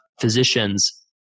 Physicians